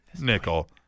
nickel